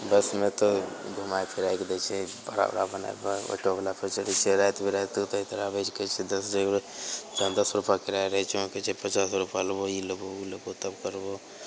बसमे तऽ घूमै फिरैके दै छै भाड़ा ओड़ा बनाके ऑटोबला पर चढ़ैत छियै राति बिराति उतरिके आबैत छै कहैत छै दश देबै जहाँ दश रूपैआ किराआ रहैत छै वहाँ कहैत छै पचास रूपा लेबहो ई लेबहो ओ लेबहो तब करबहो